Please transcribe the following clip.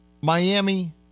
Miami